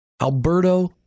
Alberto